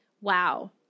Wow